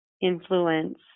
influence